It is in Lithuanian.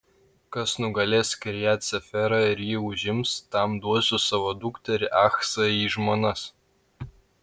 kas nugalės kirjat seferą ir jį užims tam duosiu savo dukterį achsą į žmonas